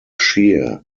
sheer